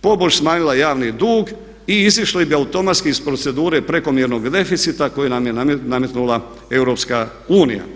pobož smanjila javni dug i izašli bi automatski iz procedure prekomjernog deficita koji nam je nametnula EU.